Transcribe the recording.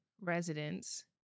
residents